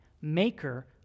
maker